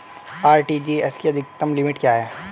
RTGS की अधिकतम limit क्या है?